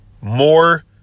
More